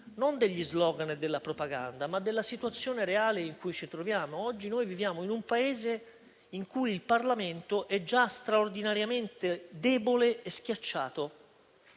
non degli *slogan* e della propaganda, ma della situazione reale in cui ci troviamo. Oggi noi viviamo in un Paese in cui il Parlamento è già straordinariamente debole e schiacciato